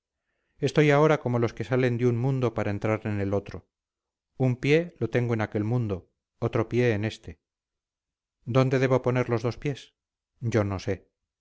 estoy ahora como los que salen de un mundo para entrar en otro un pie lo tengo en aquel mundo otro pie en éste dónde debo poner los dos pies yo no sé